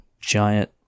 giant